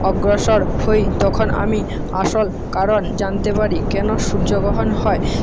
অগ্রসর হই তখন আমি আসল কারণ জানতে পারি কেন সূয্যগ্রহণ হয়